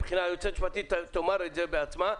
גם היועצת המשפטית תאמר את זה בעצמה,